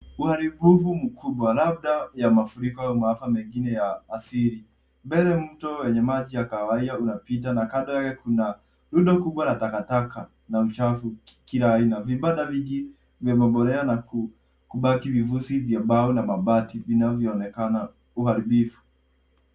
Uharibifu mkubwa labda ya mafuriko au maafa mengine ya asili, mbele mto wenye maji ya kawaida unapita na kando kuna rundo kubwa la takataka na uchafu wa kila aina na vibanda mingi vimebomolewa na kubaki vifuzi vya mbao na mabati vinavyoonekana uharibifu.